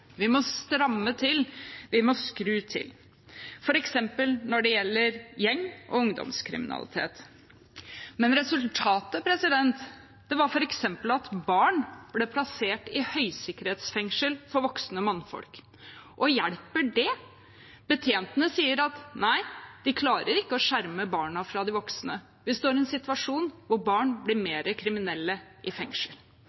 vi må stramme til, vi må skru til, f.eks. når det gjelder gjeng- og ungdomskriminalitet. Resultatet ble f.eks. at barn ble plassert i høysikkerhetsfengsel for voksne mannfolk. Hjelper det? Betjentene sier at nei, de klarer ikke å skjerme barna fra de voksne. Vi står i en situasjon hvor barn blir